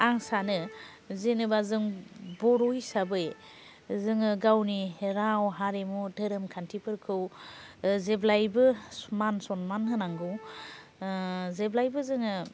आं सानो जेनेबा जों बर' हिसाबै जोङो गावनि राव हारिमु धोरोम खान्थिफोरखौ जेब्लायबो मान सनमान होनांगौ जेब्लायबो जोङो